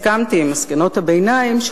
כאילו הסכמתי למסקנות הביניים,